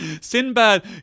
Sinbad